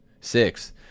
Six